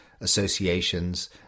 associations